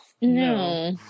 No